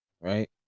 right